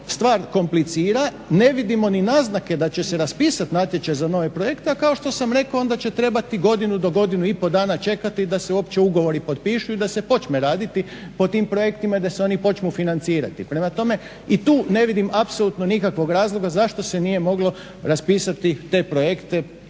stvar komplicira, ne vidimo ni naznake da će se raspisati natječaj za nove projekte. A kao što sam rekao onda će trebati godinu, do godinu i pol dana čekati da se uopće ugovori potpišu i da se počne raditi po tim projektima i da se oni počnu financirati. Prema tome, i tu ne vidim apsolutno nikakvog razloga zašto se nije moglo raspisati te projekte